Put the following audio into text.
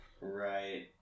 Right